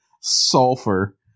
Sulfur